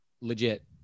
legit